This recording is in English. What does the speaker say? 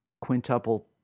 quintuple